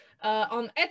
On